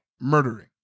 murdering